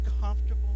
comfortable